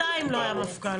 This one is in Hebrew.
שנתיים לא היה מפכ"ל.